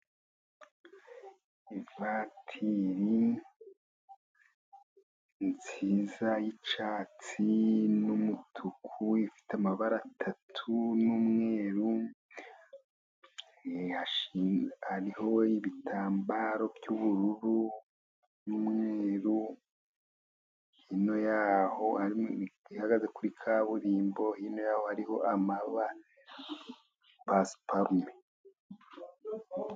Ivatiri nziza y'icyatsi n'umutuku ifite amabara atatu n'umweru, hariho ibitambaro by'ubururu n'umweru. Ihagaze kuri kaburimbo, hino yaho hariho pasiparume.